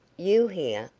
you here?